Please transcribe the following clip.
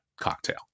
cocktail